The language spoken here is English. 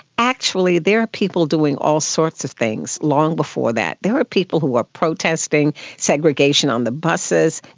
actually there are people doing all sorts of things long before that. there were people who were protesting segregation on the buses,